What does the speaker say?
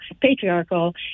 patriarchal